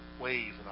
ways